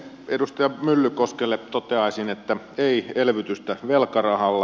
edustaja myllykoskelle toteaisin että ei elvytystä velkarahalla